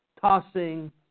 tossing